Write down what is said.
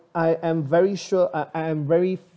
I am very sure uh I am very